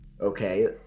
okay